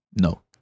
No